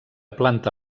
planta